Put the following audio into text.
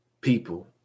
people